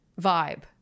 vibe